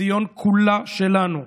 ציון כולה שלנו,